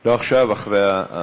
לא עכשיו אלא אחרי.